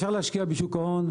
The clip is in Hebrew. אפשר להשקיע בשוק ההון,